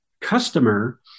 customer